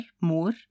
more